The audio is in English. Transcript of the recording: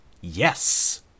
Yes